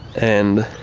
and